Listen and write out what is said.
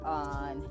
on